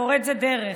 פורצת דרך.